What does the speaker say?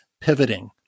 pivoting